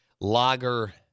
Lager